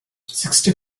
sixty